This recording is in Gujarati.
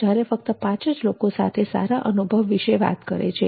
જ્યારે ફક્ત પાંચ જ લોકો સાથે સારા અનુભવ વિશે વાત કરે છે